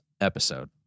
episode